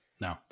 no